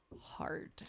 hard